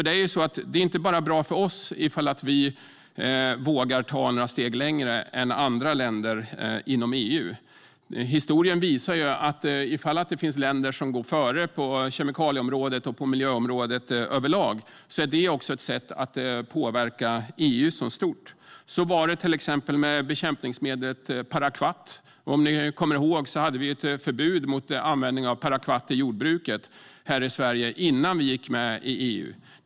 Det är bra inte bara för oss om vi vågar ta några steg längre än andra länder inom EU. Historien visar att om det finns länder som går före på kemikalie och miljöområdet överlag är det ett sätt att påverka EU i stort. Så var det till exempel med bekämpningsmedlet parakvat. Som ni kanske kommer ihåg hade vi ett förbud mot användning av parakvat i jordbruket här i Sverige innan vi gick med i EU.